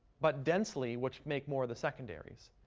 but densely, which make more of the secondaries.